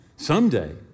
Someday